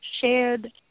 shared